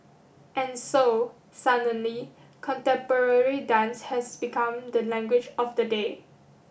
and so suddenly contemporary dance has become the language of the day